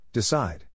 Decide